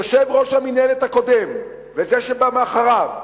יושב-ראש המינהלת הקודם וזה שבא אחריו אמרו: